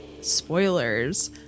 spoilers